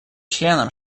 членам